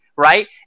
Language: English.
right